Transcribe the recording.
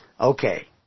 Okay